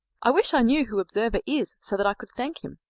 i wish i knew who observer is, so that i could thank him.